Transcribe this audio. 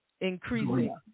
increasing